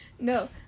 No